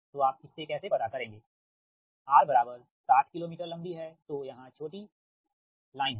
तो आप इसे कैसे पता करेंगे R60 किलोमीटर लंबी है तो यह छोटी लाइन है